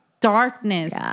Darkness